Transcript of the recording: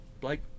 Blake